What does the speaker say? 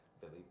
Billy